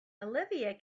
olivia